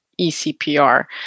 eCPR